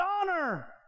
honor